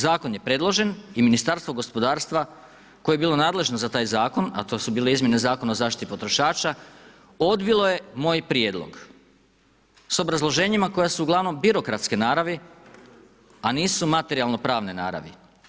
Zakon je predložen i Ministarstvo gospodarstva koje je bilo nadležno za taj zakon, a to su bile izmjene Zakona o zaštiti potrošača, odbilo je moj prijedlog s obrazloženjima koja su uglavnom birokratske naravi, a nisu materijalno pravne naravi.